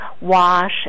wash